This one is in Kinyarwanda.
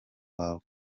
wawe